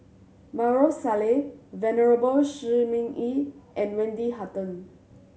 Maarof Salleh Venerable Shi Ming Yi and Wendy Hutton